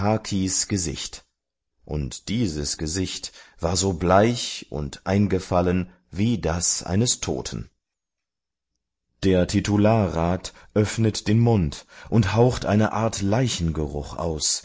gesicht und dieses gesicht war so bleich und eingefallen wie das eines toten der titularrat öffnet den mund und haucht eine art leichengeruch aus